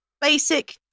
basic